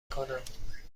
کنم